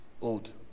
old